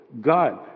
God